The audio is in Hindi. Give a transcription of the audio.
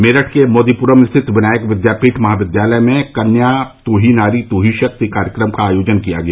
मेरठ के मोदी पुरम् स्थित विनायक विद्यापीठ महाविद्यालय में कन्या तू ही नारी तू ही शक्ति कार्यक्रम का आयोजन किया गया